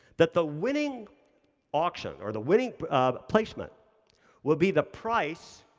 that the winning auction, or the winning placement will be the price,